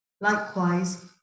Likewise